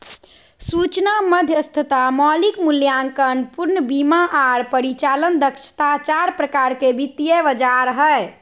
सूचना मध्यस्थता, मौलिक मूल्यांकन, पूर्ण बीमा आर परिचालन दक्षता चार प्रकार के वित्तीय बाजार हय